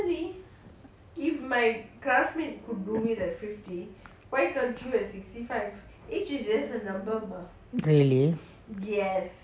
really